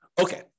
Okay